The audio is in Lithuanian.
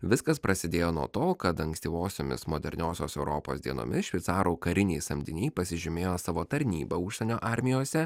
viskas prasidėjo nuo to kad ankstyvosiomis moderniosios europos dienomis šveicarų kariniai samdiniai pasižymėjo savo tarnyba užsienio armijose